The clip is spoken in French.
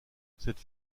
cette